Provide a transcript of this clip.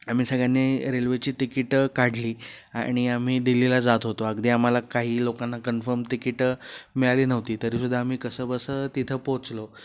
आम्ही सगळ्यांनी रेल्वेची तिकीटं काढली आणि आम्ही दिल्लीला जात होतो अगदी आम्हाला काही लोकांना कन्फर्म तिकीटं मिळाली नव्हती तरीसुद्धा आम्ही कसंबसं तिथं पोचलो